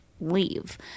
leave